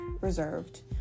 reserved